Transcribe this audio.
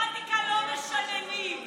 במתמטיקה לא משננים, באנגלית לא משננים.